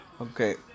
okay